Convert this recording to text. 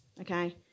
okay